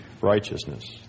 righteousness